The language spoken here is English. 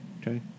Okay